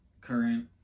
current